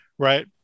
right